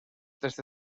desde